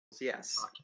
Yes